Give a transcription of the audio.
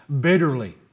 bitterly